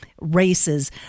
races